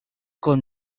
con